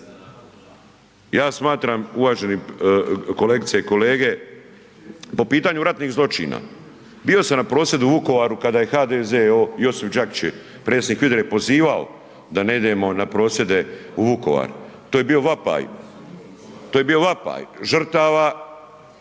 Ja smatram uvažene kolegice i kolege, po pitanju ratnih zločina bio sam na prosvjedu u Vukovaru kada je HDZ, Josip Đakić je predsjednik HVIDRA-e pozivao da ne idemo na prosvjede u Vukovar, to je bio vapaj, to je bio vapaj žrtava